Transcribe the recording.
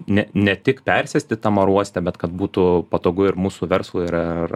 ne ne tik persėsti tam oro uoste bet kad būtų patogu ir mūsų verslui ir ir